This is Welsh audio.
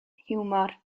hiwmor